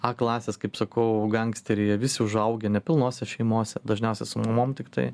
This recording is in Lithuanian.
a klasės kaip sakau gangsteriai jie visi užaugę nepilnose šeimose dažniausia su mamom tiktai